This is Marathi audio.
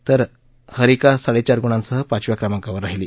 तर हरिका साडेचार गुणांसह पाचव्या क्रमांकावर राहिली